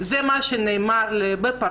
זה מה שנאמר לי בפרצוף,